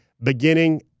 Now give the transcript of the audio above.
Beginning